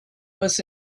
was